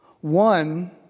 One